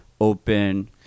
open